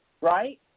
right